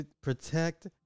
Protect